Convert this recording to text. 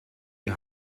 die